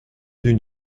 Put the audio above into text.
d’une